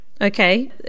Okay